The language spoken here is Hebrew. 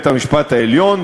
לדברי בית-המשפט העליון,